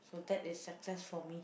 so that is success for me